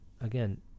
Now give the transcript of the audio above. again